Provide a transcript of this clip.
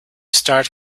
start